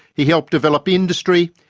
he helped develop industry,